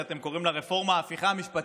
שאתם קוראים לה ההפיכה המשפטית,